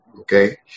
Okay